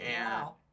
Wow